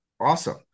awesome